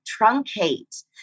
truncate